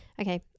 Okay